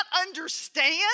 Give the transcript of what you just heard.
understand